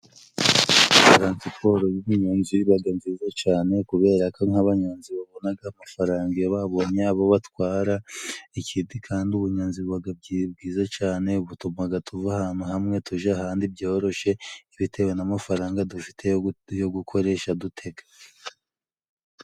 Taransiporo y'ubunyonzi ibaga nziza cane kuberako nk'abanyonzi babonaga amafaranga iyo babonye abo batwara, ikindi kandi ubunyonzi bubaga bwiza cane butumaga tuva ahantu hamwe tuja ahandi byoroshe, bitewe n'amafaranga dufite yo gukoresha dutega.